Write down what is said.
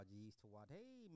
Hey